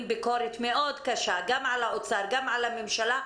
ביקורת קשה מאוד גם על האוצר וגם על הממשלה,